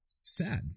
sad